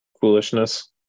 foolishness